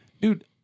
Dude